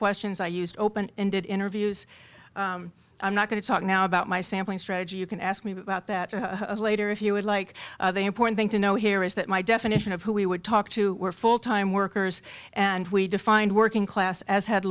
questions i used open ended interviews i'm not going to talk now about my sampling strategy you can ask me about that later if you would like the important thing to know here is that my definition of who we would talk to were full time workers and we defined working class as had